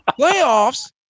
Playoffs